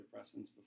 antidepressants